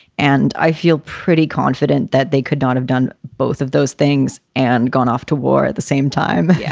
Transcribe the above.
and i feel pretty confident that they could not have done both of those things and gone off to war at the same time. yeah